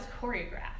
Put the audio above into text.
choreographed